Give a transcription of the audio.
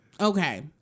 okay